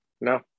no